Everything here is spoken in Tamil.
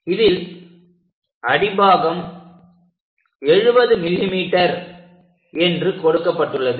இதில் அடிபாகம் 70 mm என்று கொடுக்கப்பட்டுள்ளது